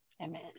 Amen